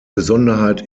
besonderheit